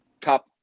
Top